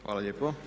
Hvala lijepo.